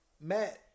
Matt